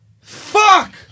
Fuck